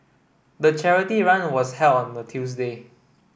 the charity run was held on a Tuesday